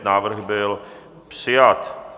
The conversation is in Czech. Návrh byl přijat.